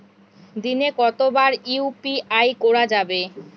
দিনে কতবার ইউ.পি.আই করা যাবে?